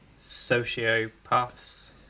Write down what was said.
Sociopaths